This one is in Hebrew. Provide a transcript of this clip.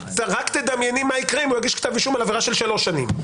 רק תדמייני מה יקרה אם הוא יגיש כתב אישום על עבירה של שלוש שנים.